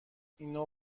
اینو